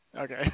okay